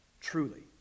truly